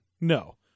No